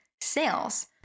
sales